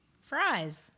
Fries